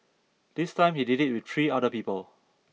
this time he did it with three other people